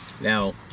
Now